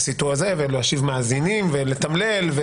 להושיב מאזינים ולתמלל.